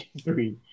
three